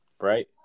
right